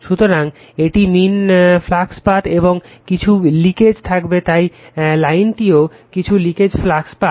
সুতরাং এটি mean flux path এবং কিছু লিকেজ থাকবে তাই এই লাইনটিও কিছু লিকেজ ফ্লাক্স পাথ